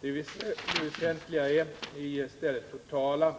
Det väsentliga är i stället totala